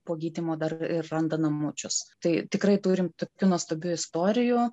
po gydymo dar ir randa namučius tai tikrai turim tokių nuostabių istorijų